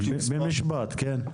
במשפט, כן?